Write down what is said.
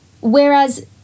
whereas